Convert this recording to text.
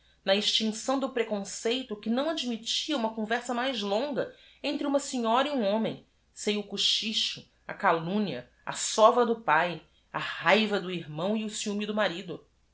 na extincção do preconceito que não a d m i t t i a uma conversa mais longa entre uma senhora e u m homem sem o cochicho a calumnia a sova do páe a r a i v a do irmão e o ciúme do